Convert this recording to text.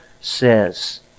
says